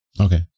Okay